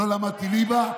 לא למדתי ליבה,